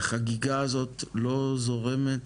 קצת ירושלים, והחגיגה הזאת לא זורמת